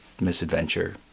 misadventure